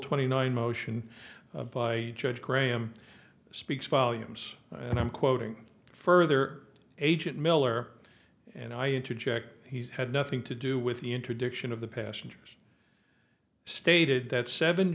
twenty nine motion by judge graham speaks volumes and i'm quoting further agent miller and i interject he had nothing to do with the interdiction of the passengers stated that seven